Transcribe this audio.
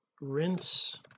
rinse